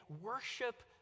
Worship